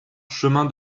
chemin